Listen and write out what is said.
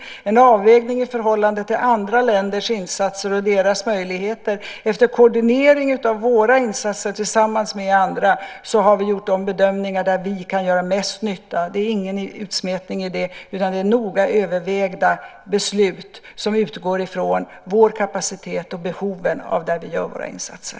Vi gör en avvägning i förhållande till andra länders insatser och deras möjligheter. Efter koordinering av våra insatser tillsammans med andra har vi gjort en bedömning av var vi kan göra bäst nytta. Det är ingen utsmetning i det. Det är noga övervägda beslut som utgår från vår kapacitet och behoven där vi gör våra insatser.